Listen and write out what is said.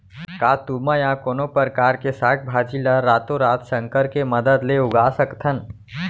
का तुमा या कोनो परकार के साग भाजी ला रातोरात संकर के मदद ले उगा सकथन?